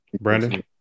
Brandon